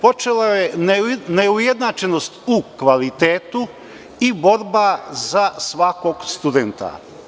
Počela je neujednačenost u kvalitetu i borba za svakog studenta.